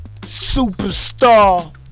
Superstar